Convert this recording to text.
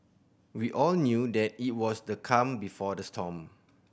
we all knew that it was the calm before the storm